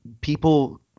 people